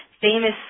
famous